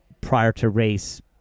prior-to-race